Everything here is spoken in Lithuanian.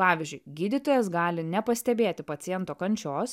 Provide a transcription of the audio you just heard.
pavyzdžiui gydytojas gali nepastebėti paciento kančios